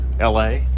LA